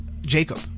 Jacob